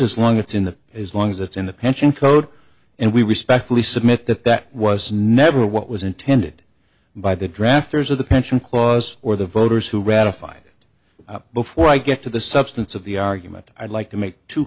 the as long as it's in the pension code and we respectfully submit that that was never what was intended by the drafters of the pension clause or the voters who ratified it before i get to the substance of the argument i'd like to make two